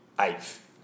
eighth